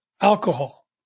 alcohol